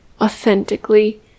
authentically